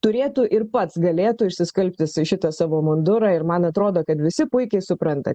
turėtų ir pats galėtų išsiskalbt jisai šitą savo mundurą ir man atrodo kad visi puikiai supranta